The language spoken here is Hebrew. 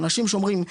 אנשים שאומרים,